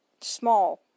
small